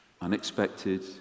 Unexpected